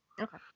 Okay